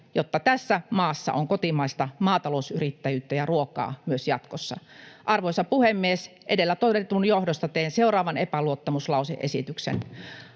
jotta tässä maassa on kotimaista maatalousyrittäjyyttä ja ruokaa myös jatkossa. Arvoisa puhemies! Edellä todetun johdosta teen seuraavan epäluottamuslause-esityksen: